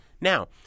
now